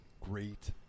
great